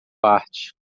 parte